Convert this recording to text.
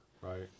Right